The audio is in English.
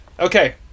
Okay